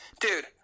dude